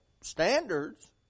standards